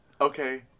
Okay